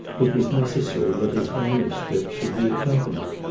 it was necessary that his manuscript should be accompanied.